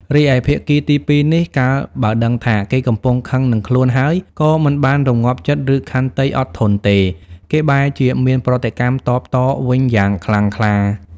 រីឯភាគីទីពីរនេះ កាលបើដឹងថា គេកំពុងខឹងនឹងខ្លួនហើយក៏មិនបានរំងាប់ចិត្ត ឬខន្តីអត់ធន់ទេ គេបែរជាមានប្រតិកម្មតបតវិញយ៉ាងខ្លាំងក្លា ។